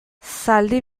zaldi